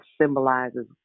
symbolizes